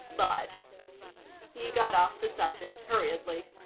but he got off the subject hurriedly.